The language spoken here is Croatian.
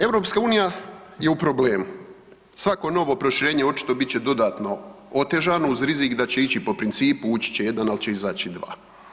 EU je u problemu, svako novo proširenje očito bit će dodatno otežano uz rizik da će ići po principu ući će jedan, al će izaći dva.